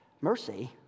mercy